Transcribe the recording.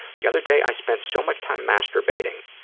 the other day i spent so much time masturbating,